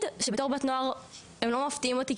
שבתור בת נוער הם לא מפתיעים אותי,